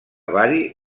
bari